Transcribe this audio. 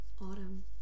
autumn